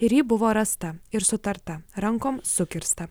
ir ji buvo rasta ir sutarta rankom sukirsta